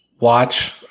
watch